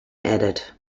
added